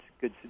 good